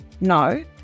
no